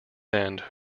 end